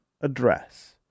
address